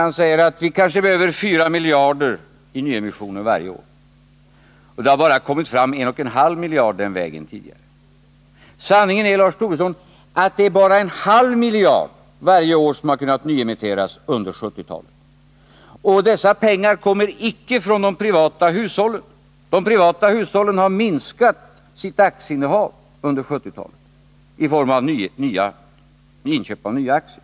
Han säger att vi kanske behöver fyra miljarder i nyemissioner varje år och att det har kommit fram bara en och en halv miljard den här vägen tidigare. Sanningen är ju, Lars Tobisson, att det är bara en halv miljard varje år som kunnat nyemitteras under 1970-talet. Och dessa pengar kommer icke från de privata hushållen. De privata hushållen har minskat sitt aktieinnehav under 1970-talet när det gäller inköp av nya aktier.